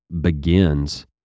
begins